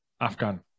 Afghan